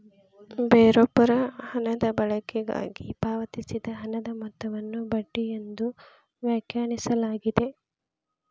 ಬೇರೊಬ್ಬರ ಹಣದ ಬಳಕೆಗಾಗಿ ಪಾವತಿಸಿದ ಹಣದ ಮೊತ್ತವನ್ನು ಬಡ್ಡಿ ಎಂದು ವ್ಯಾಖ್ಯಾನಿಸಲಾಗಿದೆ